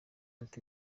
ati